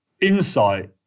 insight